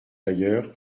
d’ailleurs